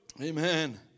Amen